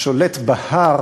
השולט בהר